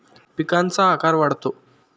पिकांचा आकार वाढतो